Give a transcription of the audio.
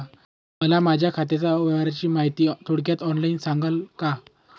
मला माझ्या खात्याच्या व्यवहाराची माहिती थोडक्यात ऑनलाईन सांगाल का?